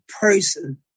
person